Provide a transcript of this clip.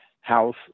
house